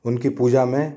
उनकी पूजा में